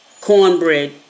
cornbread